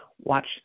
watch